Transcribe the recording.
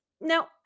Now